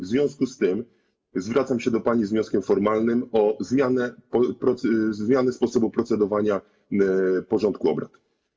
W związku z tym zwracam się do pani z wnioskiem formalnym o zmianę sposobu procedowania w porządku obrad.